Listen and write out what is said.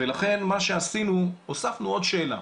לכן מה שעשינו זה הוספנו עוד שאלה,